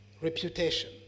reputation